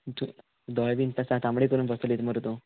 दोळे बीन सा तांबडे करून बस चलयता मरे तूं